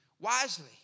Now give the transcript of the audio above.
wisely